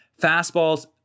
fastballs